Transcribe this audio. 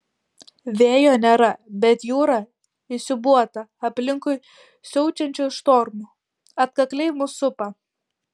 vėjo nėra bet jūra įsiūbuota aplinkui siaučiančių štormų atkakliai mus supa